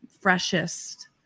freshest